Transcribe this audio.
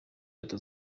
leta